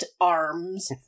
arms